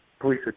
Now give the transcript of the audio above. police